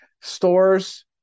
stores